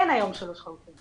אין היום שלוש חלופות.